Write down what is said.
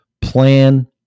Plan